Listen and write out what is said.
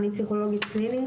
אני פסיכולוגית קלינית,